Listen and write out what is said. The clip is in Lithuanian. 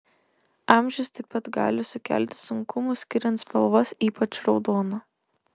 amžius taip pat gali sukelti sunkumų skiriant spalvas ypač raudoną